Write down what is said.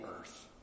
earth